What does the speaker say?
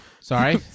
Sorry